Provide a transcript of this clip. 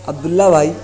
عبداللہ بھائی